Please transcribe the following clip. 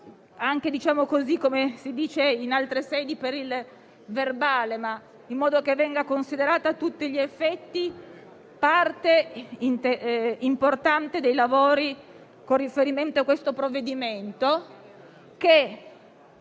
a verbale - come si dice in altre sedi - in modo che venga considerata a tutti gli effetti parte importante dei lavori con riferimento a questo provvedimento, che